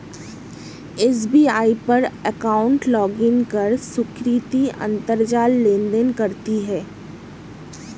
SBI पर account login कर सुकृति अंतरजाल लेनदेन करती है